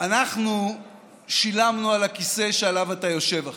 אנחנו שילמנו על הכיסא שעליו אתה יושב עכשיו.